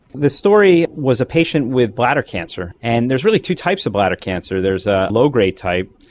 the story was a patient with bladder cancer, and there's really two types of bladder cancer, there's a low-grade type,